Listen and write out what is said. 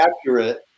accurate